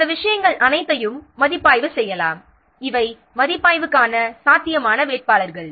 அந்த விஷயங்கள் அனைத்தையும் மதிப்பாய்வு செய்யலாம் இவை மதிப்பாய்வுக்கான சாத்தியமான வேட்பாளர்கள்